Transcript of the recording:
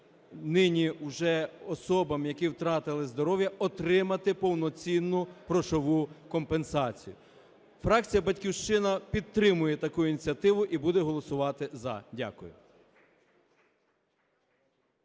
нині уже особам, які втратили здоров'я, отримати повноцінну грошову компенсацію. Фракція "Батьківщина" підтримує таку ініціативу і буде голосувати – за. Дякую.